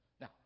Now